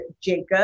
Jacob